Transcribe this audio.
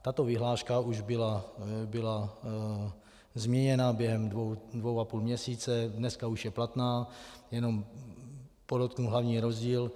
Tato vyhláška už byla změněna během dvou a půl měsíce, dneska už je platná, jenom podotknu hlavní rozdíl.